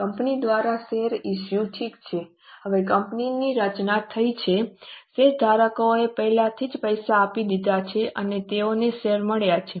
company દ્વારા share issue ઠીક છે હવે કંપનીની રચના થઈ છે શેરધારકોએ પહેલાથી જ પૈસા આપી દીધા છે અને તેઓને શેર મળ્યા છે